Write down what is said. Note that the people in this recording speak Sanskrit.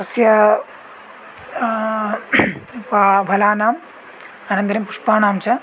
तस्य प फलानाम् अनन्तरं पुष्पाणां च